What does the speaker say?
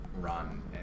run